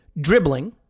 dribbling